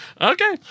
okay